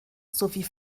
sowie